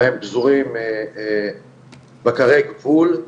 בהם פזורים בקרי גבול.